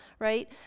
right